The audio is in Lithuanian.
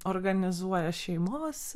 organizuoja šeimos